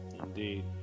Indeed